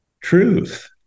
truth